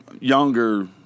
younger